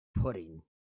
pudding